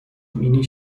مینی